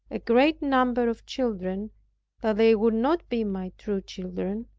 a great number of children that they would not be my true children,